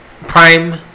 Prime